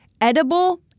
edible